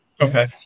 okay